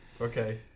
Okay